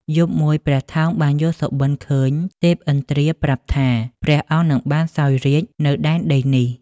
យប់មួយ ព្រះថោងបានយល់សប្ដិឃើញទេពឥន្ទ្រាប្រាប់ថា ព្រះអង្គនឹងបានសោយរាជ្យនៅដែនដីនេះ។